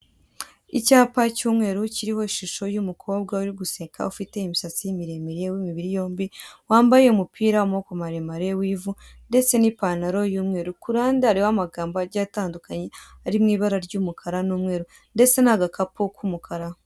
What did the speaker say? Icyapa cy'umweru kiriho ishusho y'umukobwa uri guseka ufite imisatsi miremire w'imibiri yombi wambaye umupira w'amaboko maremare w'ivu ndetse n'ipanaro y'umweru kuruhande hariho amagambo atandukanye agiye ari mu ibara ry'umukara n'umweru ndetse n'agakapu k'umukara.